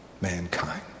mankind